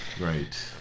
Right